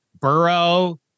Burrow